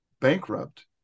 bankrupt